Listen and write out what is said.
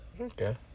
Okay